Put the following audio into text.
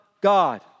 God